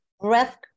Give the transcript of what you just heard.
Breath